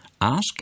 Ask